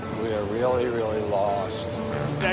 we are really, really lost.